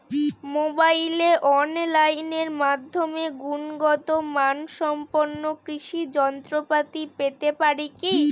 মোবাইলে অনলাইনের মাধ্যমে গুণগত মানসম্পন্ন কৃষি যন্ত্রপাতি পেতে পারি কি?